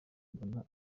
mbona